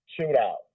Shootout